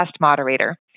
Moderator